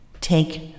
take